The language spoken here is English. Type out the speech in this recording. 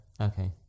Okay